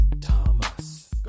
Thomas